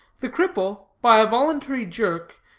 the cripple, by a voluntary jerk,